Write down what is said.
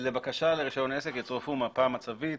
"לבקשה לרישיון עסק יצורפו מפה מצבית,